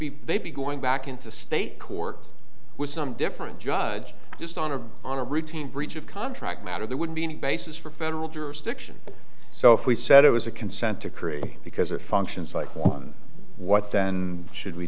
be they'd be going back into state court with some different judge just on a on a routine breach of contract matter there would be any basis for federal jurisdiction so if we said it was a consent decree because it functions like what then should we